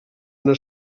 una